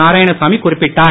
நாராயணசாமி குறிப்பிட்டார்